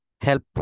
help